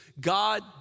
God